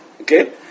Okay